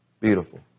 Beautiful